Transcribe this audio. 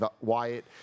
Wyatt